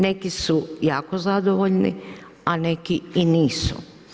Neki su jako zadovoljni, a neki i nisu.